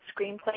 screenplay